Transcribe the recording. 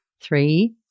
Three